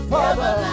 Father